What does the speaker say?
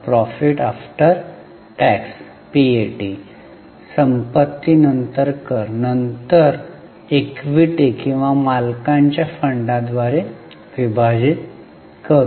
तर Profit After Tax PAT संपत्ती नंतर कर नंतर इक्विटी किंवा मालकांच्या फंडांद्वारे विभाजित करू